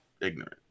ignorant